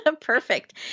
Perfect